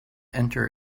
enter